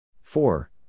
Four